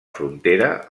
frontera